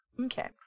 Okay